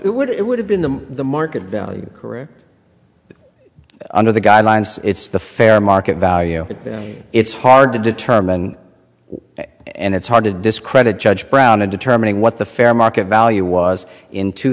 would it would have been the market value career under the guidelines it's the fair market value it's hard to determine and it's hard to discredit judge brown and determining what the fair market value was in two